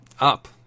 up